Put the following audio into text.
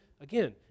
again